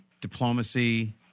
diplomacy